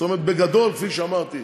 זאת אומרת, בגדול, כפי שאמרתי: